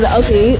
okay